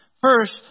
First